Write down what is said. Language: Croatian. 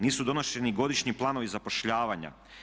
Nisu donošeni godišnji planovi zapošljavanja.